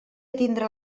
tindre